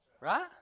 Right